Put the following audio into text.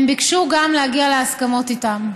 הם ביקשו להגיע להסכמות גם איתם.